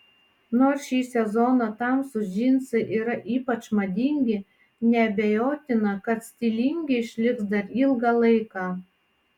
nors šį sezoną tamsūs džinsai yra ypač madingi neabejotina kad stilingi išliks dar ilgą laiką